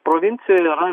provincijoj yra